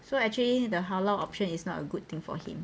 so actually the halal option is not a good thing for him